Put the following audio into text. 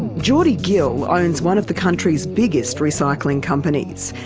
geordie gill owns one of the country's biggest recycling companies.